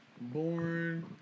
Born